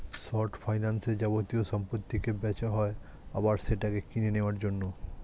short ফাইন্যান্সে যাবতীয় সম্পত্তিকে বেচা হয় আবার সেটাকে কিনে নেওয়ার জন্য